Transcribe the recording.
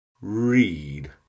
Read